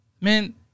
man